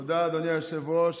תודה, אדוני היושב-ראש.